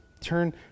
Turn